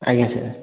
ଆଜ୍ଞା ସାର୍